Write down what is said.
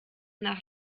nach